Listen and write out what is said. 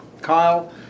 Kyle